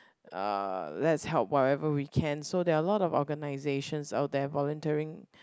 uh let's help whatever we can so there are a lot organisations out there volunteering